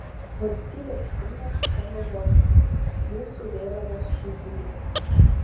valstybės himne skamba žodžiai mūsų vėliavos žydrynė